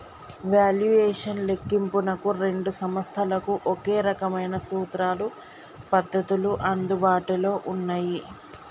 valuation లెక్కింపునకు రెండు సంస్థలకు ఒకే రకమైన సూత్రాలు, పద్ధతులు అందుబాటులో ఉన్నయ్యి